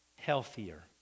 healthier